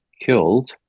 killed